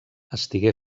estigué